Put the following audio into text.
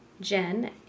Jen